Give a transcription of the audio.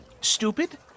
stupid